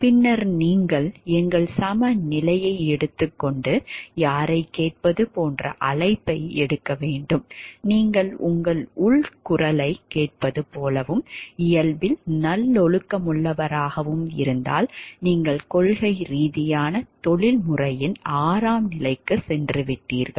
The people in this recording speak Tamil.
பின்னர் நீங்கள் எங்கள் சமநிலையை எடுத்துக்கொண்டு யாரைக் கேட்பது போன்ற அழைப்பை எடுக்க வேண்டும் நீங்கள் உங்கள் உள் குரலைக் கேட்பது போலவும் இயல்பில் நல்லொழுக்கமுள்ளவராகவும் இருந்தால் நீங்கள் கொள்கை ரீதியான தொழில்முறையின் 6 ஆம் நிலைக்குச் சென்றுவிட்டீர்கள்